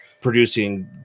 producing